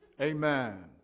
amen